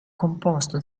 composto